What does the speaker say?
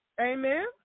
Amen